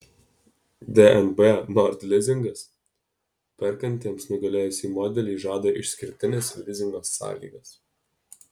dnb nord lizingas perkantiems nugalėjusį modelį žada išskirtines lizingo sąlygas